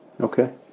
Okay